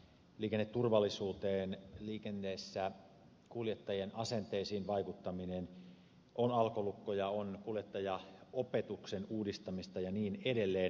liikenneturvallisuuteen liikenteessä ja kuljettajien asenteisiin vaikuttaminen on alkolukkoja on kuljettajaopetuksen uudistamista ja niin edelleen